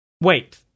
Wait